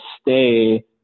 stay